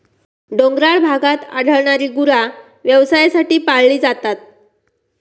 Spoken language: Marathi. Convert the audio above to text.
डोंगराळ भागात आढळणारी गुरा व्यवसायासाठी पाळली जातात